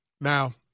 Now –